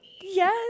Yes